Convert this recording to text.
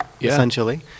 essentially